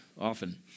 often